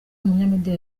umunyamideli